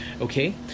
okay